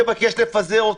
יבקש לפזר אותה.